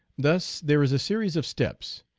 thus there is a series of steps,